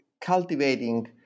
Cultivating